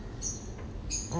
like